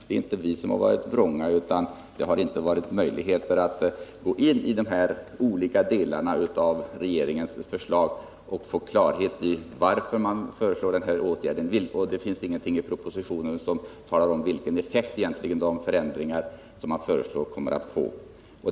Det är inte så att vi har varit vrånga, utan det har inte varit möjligt att gå in i de olika delarna av regeringens förslag och få klarhet i varför man föreslår de olika åtgärderna. Det finns inte heller någonting i propositionen som säger vilken effekt förändringarna egentligen kommer att få.